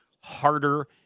harder